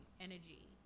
energy